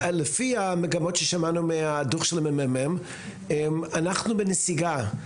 לפי המגמות ששמענו בדוח הממ"מ אנחנו בנסיגה.